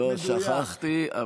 לא שכחתי.